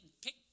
pick